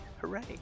hooray